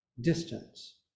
distance